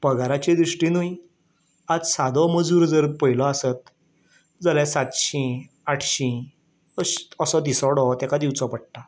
पगाराचे दृश्टीनूय आज सादो मजूर जर पयलो आसत जाल्या सातशी आटशी अश असो दिसवडो ताका दिवचो पडटा